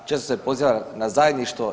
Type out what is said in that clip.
Često se poziva na zajedništvo.